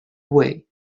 way